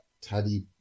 Taddy